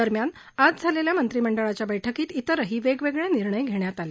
दरम्यान आज झालेल्या मंत्रिमंडळाच्या बैठकीत इतरही वेगवेगळे निर्णय घेण्यात आले